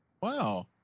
Wow